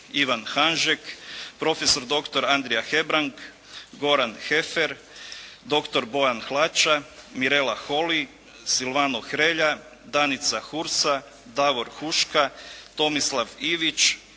Ivan Hanžek, prof.dr. Andrija Hebrang, Goran Hefer, dr. Bojan Hlača, Mirela Holi, Silvano Hrelja, Danica Hursa, Davor Huška, Tomislav Ivić,